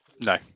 No